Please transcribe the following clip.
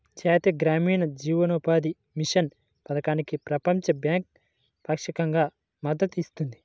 జాతీయ గ్రామీణ జీవనోపాధి మిషన్ పథకానికి ప్రపంచ బ్యాంకు పాక్షికంగా మద్దతు ఇస్తుంది